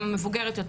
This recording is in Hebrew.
גם המבוגרת יותר.